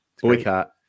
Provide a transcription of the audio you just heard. boycott